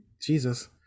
Jesus